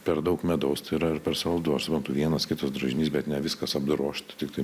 per daug medaus tai yra ir per saldus aš suprantu vienas kitas drožinys bet ne viskas apdrožta tiktai